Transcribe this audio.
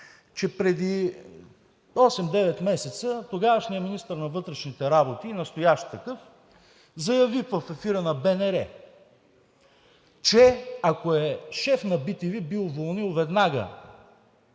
че преди 8 – 9 месеца тогавашният министър на вътрешните работи и настоящ такъв заяви в ефира на БНР, че ако е шеф на bTV, би уволнил веднага